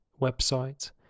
website